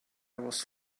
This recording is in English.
was